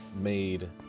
made